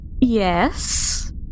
Yes